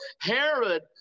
Herod